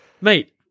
Mate